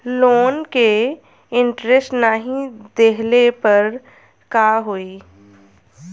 Loan के interest नाही देहले पर का होई?